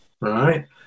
right